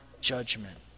judgment